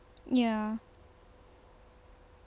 ya